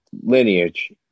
lineage